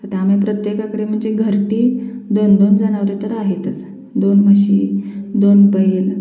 त्यामुळे प्रत्येकाकडे म्हणजे घरटी दोन दोन जनावरं तर आहेतच दोन म्हशी दोन बैल